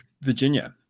Virginia